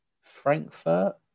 Frankfurt